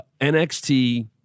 NXT